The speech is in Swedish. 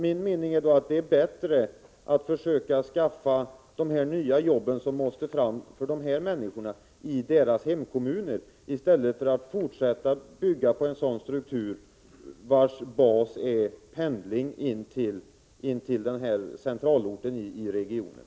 Min mening är att det är bättre att försöka skaffa de nya jobb som måste fram för dessa människor i deras hemkommuner, i stället för att fortsätta att bygga på en struktur vars bas är pendling in till centralorten i regionen.